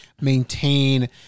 maintain